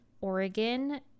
oregon